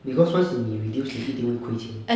because once 你 reduce 你一定会亏钱